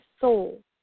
soul